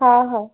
हा हा